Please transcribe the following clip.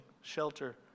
shelter